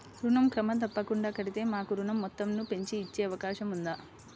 ఋణం క్రమం తప్పకుండా కడితే మాకు ఋణం మొత్తంను పెంచి ఇచ్చే అవకాశం ఉందా?